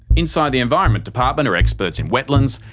inside the environment department are experts in wetlands,